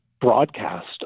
broadcast